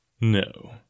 No